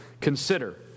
Consider